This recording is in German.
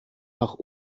nach